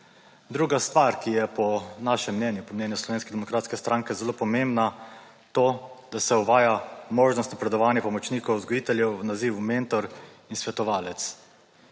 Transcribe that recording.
Druga stvar, ki je po našem mnenju, po mnenju Slovenske demokratske stranke, zelo pomembna. To, da se uvaja možnost napredovanja pomočnikov vzgojiteljev v naziv mentor in svetovalec.